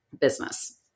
business